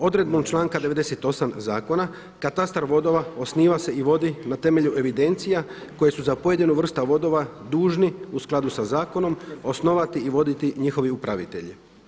Odredbom članka 98. zakona katastar vodova osniva se i vodi na temelju evidencija koje su za pojedinu vrstu vodova dužni u skladu sa zakonom osnovati i voditi njihovi upravitelji.